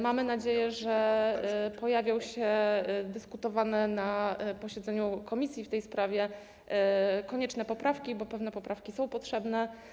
Mamy nadzieję, że pojawią się dyskutowane na posiedzeniu komisji w tej sprawie konieczne poprawki, bo pewne poprawki są potrzebne.